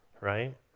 right